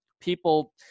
people